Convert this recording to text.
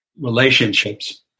relationships